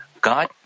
God